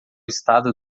estado